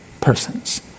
persons